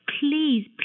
please